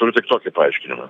turiu tik tokį paaiškinimą